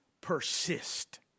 persist